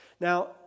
Now